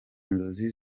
nzozi